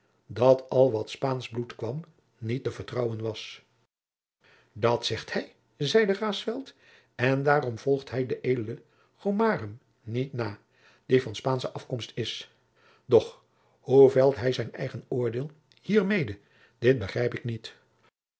dat al wat van spaansch bloed kwam niet te vertrouwen was dat zegt hij zeide raesfelt en daarom volgt hij den edelen gomarum niet na die van spaansche afkomst is doch hoe velt hij zijn eigen oordeel hiermede dit begrijp ik niet